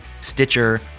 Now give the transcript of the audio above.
Stitcher